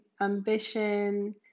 ambition